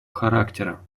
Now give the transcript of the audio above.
характера